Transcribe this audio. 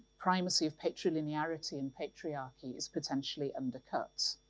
primacy of patrial linearity and patriarchy is potentially undercut.